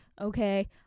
okay